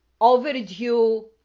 overdue